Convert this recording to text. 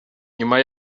nyuma